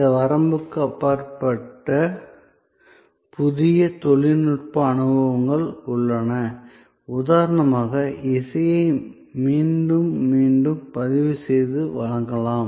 இந்த வரம்புக்கு அப்பாற்பட்ட புதிய தொழில்நுட்ப அனுபவங்கள் உள்ளன உதாரணமாக இசையை மீண்டும் மீண்டும் பதிவு செய்து வழங்கலாம்